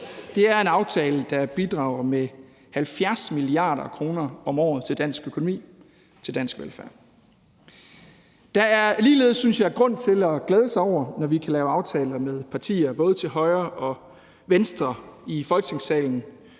Det er en aftale, der bidrager med 70 mia. kr. om året til dansk økonomi og dansk velfærd. Der er ligeledes, synes jeg, grund til at glæde sig, når vi laver aftaler med partier både til højre og venstre i Folketingssalen